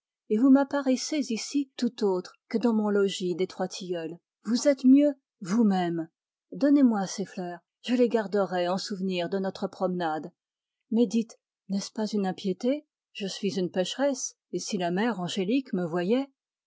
et vous m'apparaissez ici tout autre que dans mon logis des trois tilleuls vous êtes mieux vous-même donnez-moi ces fleurs je les garderai en souvenir de notre promenade mais dites n'est-ce pas une impiété je suis une pécheresse et si la mère angélique me voyait